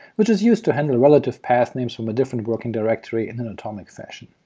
which is used to handle relative path names from a different working directory in an atomic fashion.